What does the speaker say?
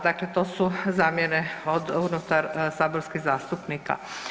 Dakle, to su zamjene unutar saborskih zastupnika.